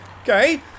Okay